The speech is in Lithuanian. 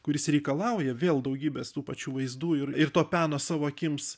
kuris reikalauja vėl daugybės tų pačių vaizdų ir ir to peno savo akims